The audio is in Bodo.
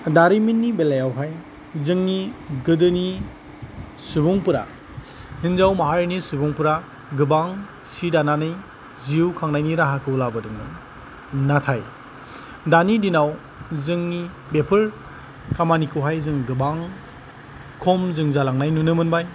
दारिमिननि बेलायावहाय जोंनि गोदोनि सुबुंफोरा हिनजाव माहारिनि सुबुंफोरा गोबां सि दानानै जिउ खांनायनि राहाखौ लाबोदोंमोन नाथाय दानि दिनाव जोंनि बेफोर खामानिखौहाय जों गोबां खम जालांनाय नुनो मोनबाय